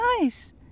nice